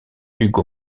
ugo